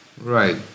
right